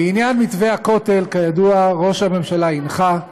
בעניין מתווה הכותל, כידוע, ראש הממשלה הנחה,